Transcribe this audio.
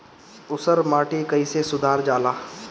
ऊसर माटी कईसे सुधार जाला?